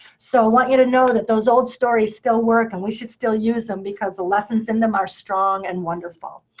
so i want you to know that those old stories still work, and we should still use them, because the lessons in them are strong and wonderful.